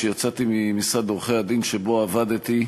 יצאתי ממשרד עורכי-הדין שבו עבדתי,